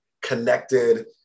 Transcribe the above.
connected